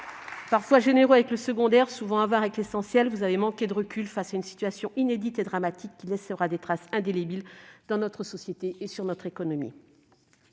Parfois généreux avec le secondaire, souvent avares avec l'essentiel, vous avez manqué de recul face à une situation inédite et dramatique, qui laissera des traces indélébiles dans notre société et sur notre économie.